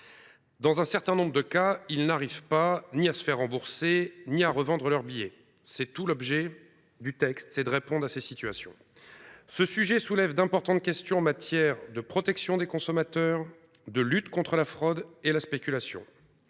Dans un certain nombre de cas, ils n’arrivent ni à se faire rembourser leurs billets ni à les revendre. L’objet du texte était de répondre à ces situations. Ce sujet soulève d’importantes questions en matière de protection des consommateurs, de lutte contre la fraude et la spéculation.